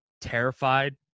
terrified